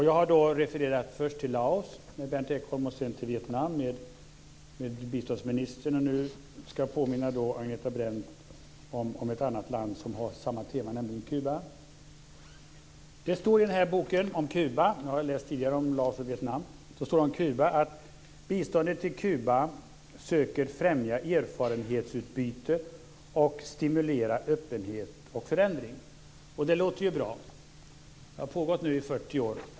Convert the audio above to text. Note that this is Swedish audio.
Jag refererade först till Laos, sedan till Vietnam och nu ska jag påminna Agneta Brendt om ett annat land som har samma tema, nämligen Det står i boken om Kuba - jag läste ur den tidigare om Laos och Vietnam - att biståndet till Kuba söker främja erfarenhetsutbyte och stimulera öppenhet och förändring. Det låter ju bra. Det har pågått nu i 40 år.